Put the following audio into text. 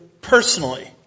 personally